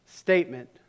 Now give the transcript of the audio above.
Statement